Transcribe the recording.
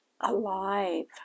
alive